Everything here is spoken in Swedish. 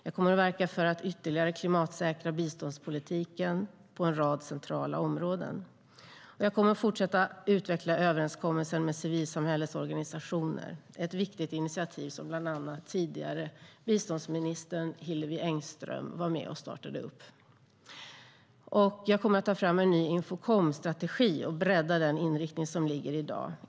Jag kommer att verka för att ytterligare klimatsäkra biståndspolitiken på en rad centrala områden. Jag kommer också att fortsätta att utveckla överenskommelsen med civilsamhällets organisationer, ett viktigt initiativ som bland annat den tidigare biståndsministern Hillevi Engström var med och startade. Jag kommer att ta fram en ny infokomstrategi och bredda den inriktning som föreligger i dag.